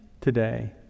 today